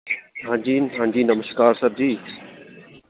हां जी हां जी नमस्कार सर जी